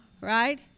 right